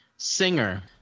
Singer